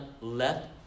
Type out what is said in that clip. left